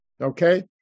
okay